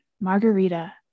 margarita